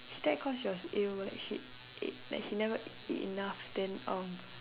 is that cause she was ill was she she like she never eat enough then um